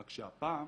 רק שהפעם